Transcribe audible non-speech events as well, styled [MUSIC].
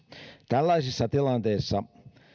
tällaisissa tilanteissa [UNINTELLIGIBLE] [UNINTELLIGIBLE] [UNINTELLIGIBLE] [UNINTELLIGIBLE] [UNINTELLIGIBLE] [UNINTELLIGIBLE]